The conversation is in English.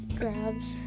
grabs